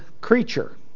creature